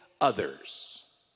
others